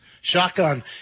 Shotgun